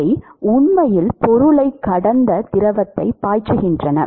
அவை உண்மையில் பொருளைக் கடந்த திரவத்தை பாய்ச்சுகின்றன